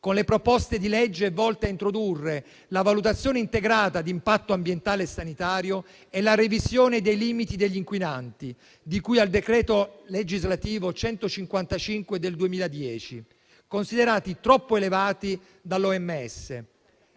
con le proposte di legge volte a introdurre la valutazione integrata di impatto ambientale e sanitario e la revisione dei limiti degli inquinanti, di cui al decreto legislativo n. 155 del 2010, considerati troppo elevati dall'OMS.